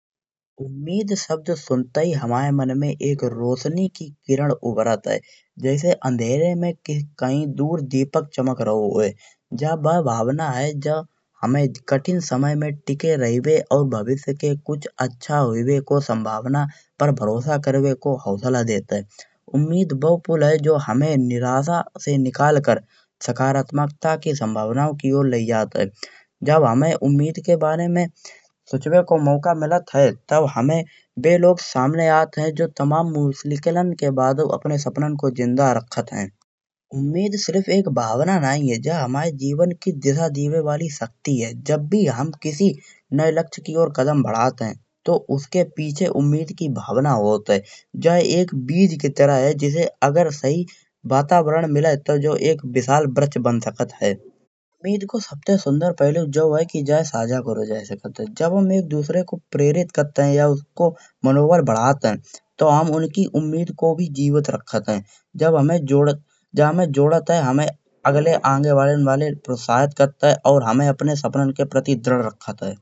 उम्मीद शब्द सुनते ही हुमाए मन में एक रौशनी की किरण उभरत है जैसे अँधेरे में कहीं दूर दीपक चमक रहो होये। जा ब भावना है जा हुमे कठिन समय में टिके रहवे और भविष्य के कुछ अच्छा होयो को संभावना पर भरोसा करवे को हौसला देत है। उम्मीद बो पुल है जो हुमे निराशा से निकाल कर सकारात्मकता की संभावना की ओर लायी जात है। जब हुमे उम्मीद के बारे में सोचबे को मौका मिलत है तब हुमे बे लोग सामने आत है जो तमाम मुश्किलन के बावजूद अपने सपनन को जिंदा रखत है। उम्मीद सिरफ एक भावना नायी है जा हुमाए जीवन की दिशा दीवे वाली शक्ति है। जब भी हम किसी नये लक्ष्य की ओर कदम बढ़त है तो उसके पीछे उम्मीद की भावना होत है। जा एक बीज की तरह है जिसे अगर सही वातावरण मिले तो यही एक विशाल वृक्ष बन सकत है। देखो सबसे सुंदर पहले यो है की जाये साझा करो जैसे करत है। जब हम एक दूसरे को प्रेरित करत है या उसको मनोबल बढ़ात है तो हम उनकी उम्मीद को भी जीवित रखत है। जब हुमे जोड़त है हुमे अगले आगे बढ़न वाले प्रोत्साहित करत है और हुमे अपने सपनन के प्रति दृढ़ रखत है।